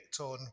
on